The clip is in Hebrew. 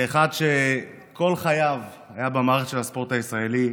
כאחד שכל חייו היה במערכת של הספורט הישראלי,